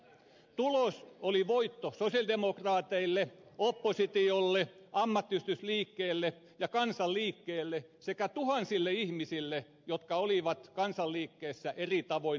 tulos oli voitto sosialidemokraateille oppositiolle ammattiyhdistysliikkeelle ja kansanliikkeelle sekä niille tuhansille ihmisille jotka olivat kansanliikkeessä eri tavoin mukana